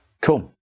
Cool